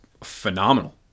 phenomenal